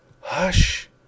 Hush